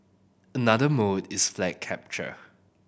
another mode is flag capture